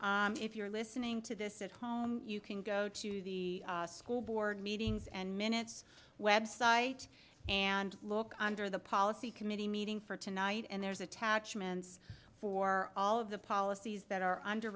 if you're listening to this at home you can go to the school board meetings and minutes website and look under the policy committee meeting for tonight and there's attachments for all of the policies that are under